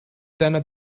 deiner